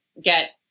get